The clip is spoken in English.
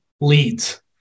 leads